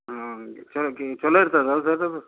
ಹಾಗೆ ಚೊಲೋ ಚೊಲೋ ಇರ್ತದೆ ಅಲ್ರಿ ಅದು ಅದು